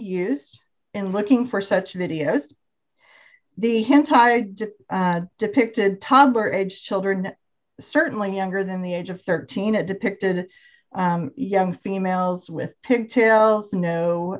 used in looking for such videos the hentai depicted toddler aged children certainly younger than the age of thirteen it depicted young females with pigtails no